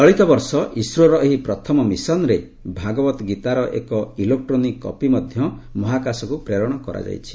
ଚଳିତ ବର୍ଷର ଇସ୍ରୋର ଏହି ପ୍ରଥମ ମିଶନରେ ଭଗବତ ଗୀତାର ଏକ ଇଲେକ୍ସୋନିକ କପି ମଧ୍ୟ ମହାକାଶକ୍ ପେରଣ କରାଯାଇଛି